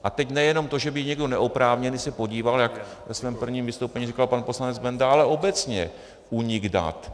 A teď nejenom to, že by někdo neoprávněný se podíval, jak ve svém prvním vystoupení říkal pan poslanec Benda, ale obecně únik dat.